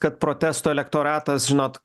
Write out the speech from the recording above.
kad protesto elektoratas žinot